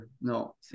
no